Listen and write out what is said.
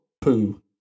poo